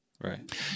right